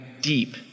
deep